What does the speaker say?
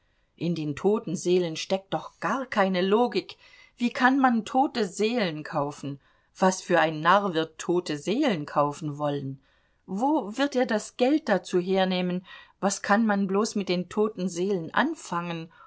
in den toten seelen steckt doch gar keine logik wie kann man tote seelen kaufen was für ein narr wird tote seelen kaufen wollen wo wird er das geld dazu hernehmen was kann man bloß mit den toten seelen anfangen